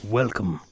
welcome